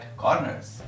corners